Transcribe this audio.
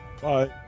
Bye